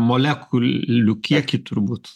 molekulių kiekį turbūt